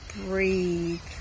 breathe